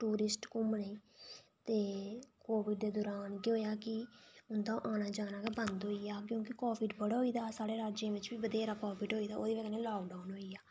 tourist घूमने ई ते ओह् एड्डा दूा दा औन कि होआ कि उं'दा ऐना जाना गै बंद होई गेआ क्योंकि प्रॉफिट बड़ा होई गेदा हा साढ़े राज्य च बी ना लॉकडाउन होई गेआ